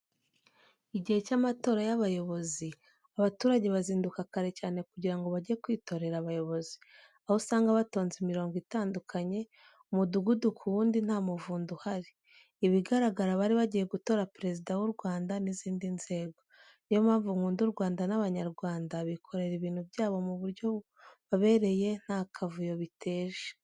Igihe cy'amatora y'abayobozi, abaturage bazinduka kare cyane kugira ngo bajye kwitorera abayobozi. Aho usanga batonze imirongo itandukanye, umudugudu ku wundi nta muvundo uhari. Ibigaragara bari bagiye gutora perezida w'u Rwanda n'izindi nzego. Niyo mpamvu nkunda u Rwanda n'Abanyarwanda bikorera ibintu byabo mu buryo bubabereye nta kavuyo biteje.